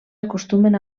acostumen